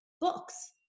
books